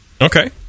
okay